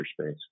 space